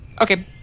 Okay